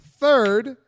third